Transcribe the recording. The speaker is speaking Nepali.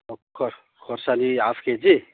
भर्खर खोर्सानी हाफ केजी